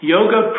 Yoga